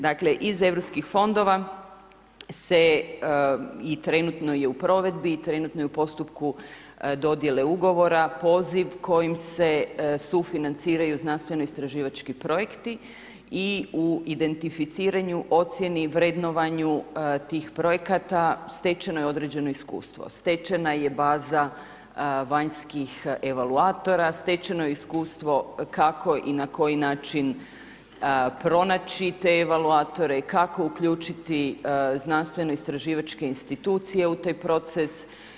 Dakle iz europskih fondova se i trenutno je u provedbi, trenutno je u postupku dodjele ugovora poziv kojim se sufinanciraju znanstveno-istraživački projekti i u identificiranju ocjeni, vrednovanju tih projekata stečeno je određeno iskustvo, stečena je baza vanjskih evaluatora, stečeno je iskustvo kako i na koji način pronaći te evaluatore, kako uključiti znanstveno-istraživačke institucije u taj proces.